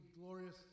glorious